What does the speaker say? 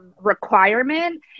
requirement